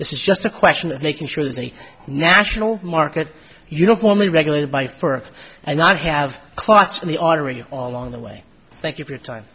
this is just a question of making sure that any national market uniformly regulated by fur and not have clots in the artery all along the way thank you for your time